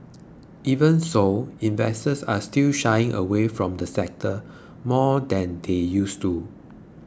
even so investors are still shying away from the sector more than they used to